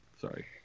sorry